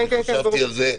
וחשבתי על זה,